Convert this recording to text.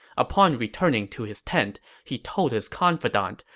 upon returning to his tent, he told his confidant,